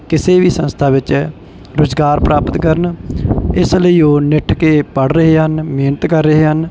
ਕਿਸੇ ਵੀ ਸੰਸਥਾ ਵਿੱਚ ਰੁਜ਼ਗਾਰ ਪ੍ਰਾਪਤ ਕਰਨ ਇਸ ਲਈ ਉਹ ਨਿੱਠ ਕੇ ਪੜ ਰਹੇ ਹਨ ਮਿਹਨਤ ਕਰ ਰਹੇ ਹਨ